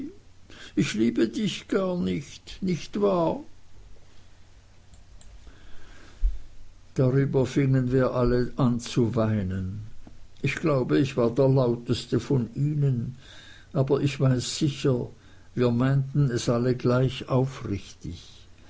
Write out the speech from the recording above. ich liebe dich gar nicht nicht wahr darüber fingen wir alle an zu weinen ich glaube ich war der lauteste von ihnen aber ich weiß sicher wir meinten es alle gleich aufrichtig